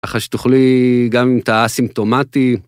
ככה שתוכלי גם אם אתה אסימפטומטי.